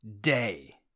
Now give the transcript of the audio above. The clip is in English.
day